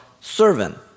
servant